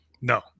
no